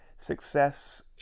success